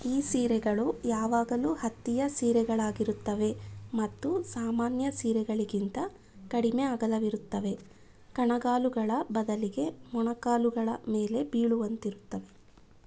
ಈ ಸೀರೆಗಳು ಯಾವಾಗಲೂ ಹತ್ತಿಯ ಸೀರೆಗಳಾಗಿರುತ್ತವೆ ಮತ್ತು ಸಾಮಾನ್ಯ ಸೀರೆಗಳಿಗಿಂತ ಕಡಿಮೆ ಅಗಲವಿರುತ್ತವೆ ಕಣಗಾಲುಗಳ ಬದಲಿಗೆ ಮೊಣಕಾಲುಗಳ ಮೇಲೆ ಬೀಳುವಂತಿರುತ್ತವೆ